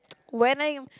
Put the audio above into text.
when I